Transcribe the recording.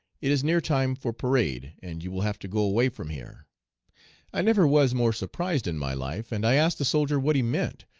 it is near time for parade, and you will have to go away from here i never was more surprised in my life, and i asked the soldier what he meant,